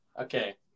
okay